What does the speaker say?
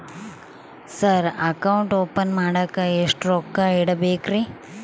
Sir account open ಮಾಡಾಕ ಎಷ್ಟು ರೊಕ್ಕ ಇಡಬೇಕ್ರಿ?